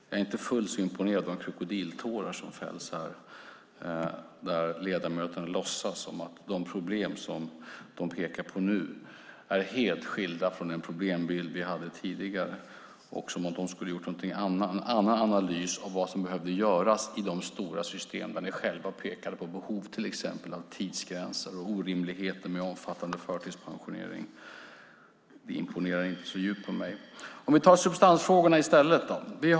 Jag är inte fullt så imponerad av de krokodiltårar som fälls här av ledamöter som låtsas att de problem som de nu pekar på är helt skilda från den problembild vi hade tidigare och säger att de skulle ha gjort en annan analys av vad som behövde göras i de stora system där ni själva pekade på behov av till exempel tidsgränser och orimligheter med omfattande förtidspensionering. Det imponerar inte så djupt på mig. Låt oss ta substansfrågorna i stället.